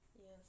Yes